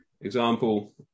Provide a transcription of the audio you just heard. example